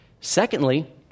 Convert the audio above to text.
Secondly